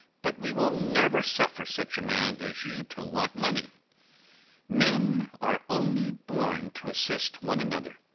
but we will never suffer such a man as you to want money men are only born to assist one another.